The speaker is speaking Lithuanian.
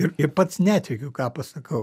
ir ir pats netikiu ką pasakau